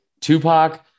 Tupac